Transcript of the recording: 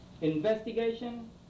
Investigation